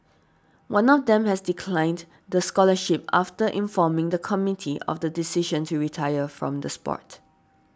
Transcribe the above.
one of them has declined the scholarship after informing the committee of the decision to retire from the sport